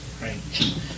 Right